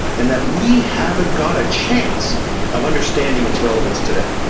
and that we haven't got a chance of understanding its relevance today.